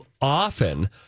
often